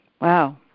Wow